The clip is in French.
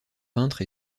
peintres